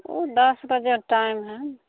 ओ दस बजे टाइम हइ